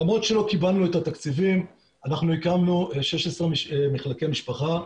למרות שלא קיבלנו את התקציב אנחנו הקמנו 16 מחלקי משפחה.